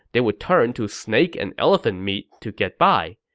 they would turn to snake and elephant meat to get by.